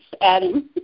adding